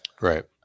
Right